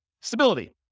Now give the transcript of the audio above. Stability